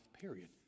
period